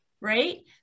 right